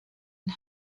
and